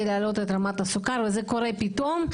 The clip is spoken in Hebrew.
להעלות את רמת הסוכר וזה קורה פתאום.